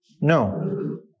no